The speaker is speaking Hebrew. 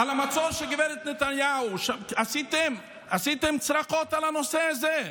המצור על גב' נתניהו, עשיתם צרחות על הנושא הזה?